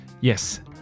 Yes